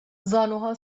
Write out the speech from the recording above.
زانوها